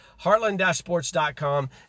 heartland-sports.com